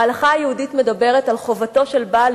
ההלכה היהודית מדברת על חובתו של בעל